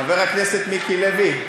חבר כנסת מיקי לוי,